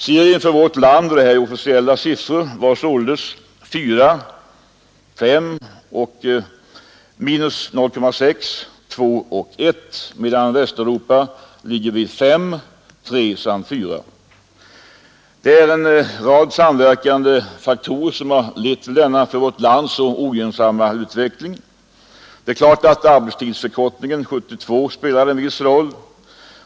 Serien för vårt land är i officiella siffror 4,5, minus 0,6 och 2,1, medan Västeuropa ligger vid 5,3 samt 4. En rad samverkande faktorer har lett till denna för vårt land så ogynnsamma utveckling. Det är klart att arbetstidsförkortningen 1972 spelade en viss roll.